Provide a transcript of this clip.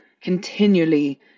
continually